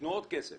תיתנו עוד כסף.